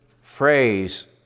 phrase